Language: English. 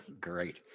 Great